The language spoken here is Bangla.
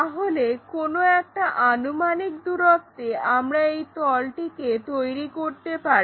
তাহলে কোনো একটা আনুমানিক দূরত্বে আমরা এই তলটিকে তৈরি করতে পারি